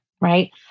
right